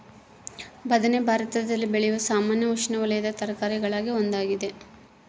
ಬದನೆ ಭಾರತದಲ್ಲಿ ಬೆಳೆಯುವ ಸಾಮಾನ್ಯ ಉಷ್ಣವಲಯದ ತರಕಾರಿಗುಳಾಗ ಒಂದಾಗಿದೆ